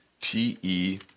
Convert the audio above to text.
T-E